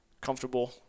comfortable